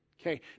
Okay